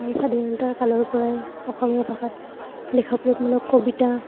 আৰু স্বাধীনতাৰ কালৰ পৰাই অসমীয়া ভাষাত দেশপ্ৰেমমূলক কবিতা